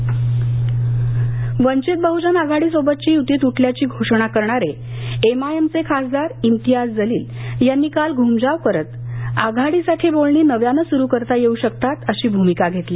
वंचित PTI Kelkar Vanchit Bahujan Aghadi सोबतची युती तुटल्याची घोषणा करणारे एमआयएम चे खासदार इम्तीयाज जलील यांनी काल घुमजाव करत आघाडीसाठी बोलणी नव्यानं सुरू करता येऊ शकतात अशी भूमिका घेतली